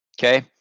Okay